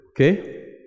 okay